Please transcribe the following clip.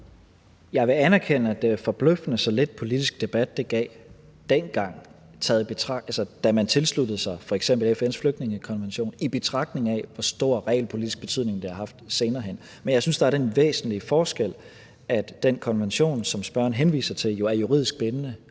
Jeg vil anerkende, at det er forbløffende så lidt politisk debat, det gav dengang, da man tilsluttede sig f.eks. FN's flygtningekonvention, i betragtning af hvor stor realpolitisk betydning det har haft senere hen. Men jeg synes, der er den væsentlige forskel, at den konvention, som spørgeren henviser til, jo er juridisk bindende,